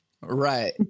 Right